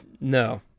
No